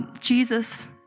Jesus